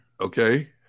okay